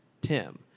Tim